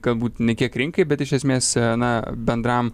galbūt ne kiek rinkai bet iš esmės na bendram